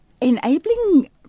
enabling